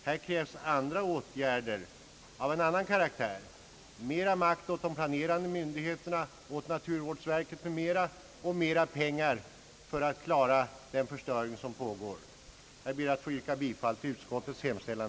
Här krävs åtgärder av en annan karaktär, mera makt åt de planerande myn digheterna, naturvårdsverket m.m. och mera pengar för att avvärja den förstörelse som pågår. Jag ber att få yrka bifall till utskottets hemställan.